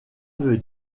veut